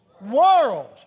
world